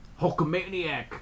Hulkamaniac